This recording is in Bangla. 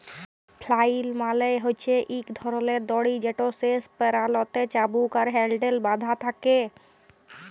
ফ্লাইল মালে হছে ইক ধরলের দড়ি যেটর শেষ প্যারালতে চাবুক আর হ্যাল্ডেল বাঁধা থ্যাকে